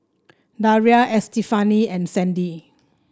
Daria Estefani and Sandy